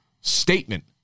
statement